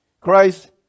Christ